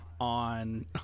on